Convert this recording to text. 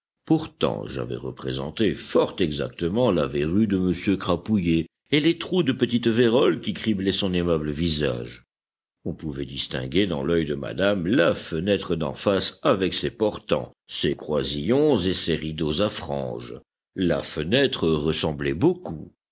pourtant j'avais représenté fort exactement la verrue de m crapouillet et les trous de petite vérole qui criblaient son aimable visage on pouvait distinguer dans l'œil de madame la fenêtre d'en face avec ses portants ses croisillons et ses rideaux à franges la fenêtre ressemblait beaucoup